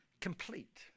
complete